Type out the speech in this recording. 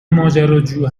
ماجراجو